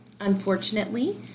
unfortunately